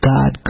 God